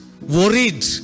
Worried